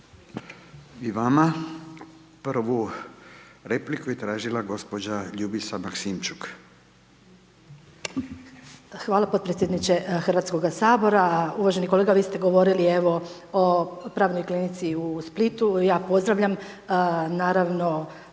I vama. Prvu repliku je tražila gospođa Ljubica Maksimčuk. **Maksimčuk, Ljubica (HDZ)** Hvala potpredsjedniče Hrvatskoga sabora. Uvaženi kolega vi ste govorili evo o pravnoj klinici u Splitu, ja pozdravljam naravno